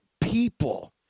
people